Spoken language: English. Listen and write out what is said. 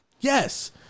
yes